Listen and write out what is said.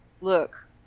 Look